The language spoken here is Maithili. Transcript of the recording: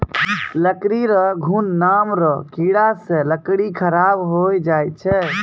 लकड़ी रो घुन नाम रो कीड़ा से लकड़ी खराब होय जाय छै